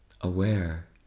Aware